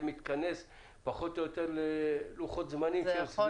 מתכנס פחות או יותר ללוחות זמנים שהם סבירים.